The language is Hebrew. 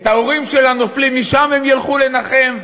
את ההורים של הנופלים משם הם ילכו לנחם?